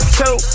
two